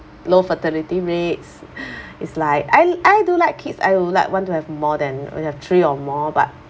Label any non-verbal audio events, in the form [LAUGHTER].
low fertility rates [BREATH] is like and I I do like kids I would like one to have more than we have three or more but